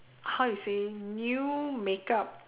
how to say new makeup